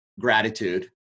gratitude